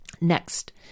Next